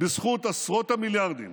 בזכות עשרות המיליארדים